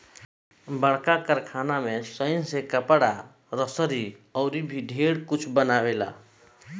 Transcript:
बड़का कारखाना में सनइ से कपड़ा, रसरी अउर भी ढेरे कुछ बनावेला